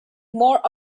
more